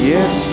Yes